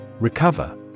Recover